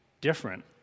different